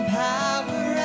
power